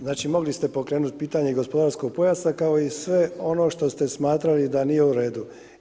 Znači mogli ste pokrenuti pitanje gospodarskog pojasa kao i sve ono što ste smatrali da nije uredu.